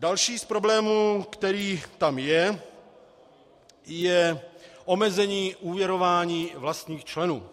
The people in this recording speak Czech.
Další z problémů, který tam je, je omezení úvěrování vlastních členů.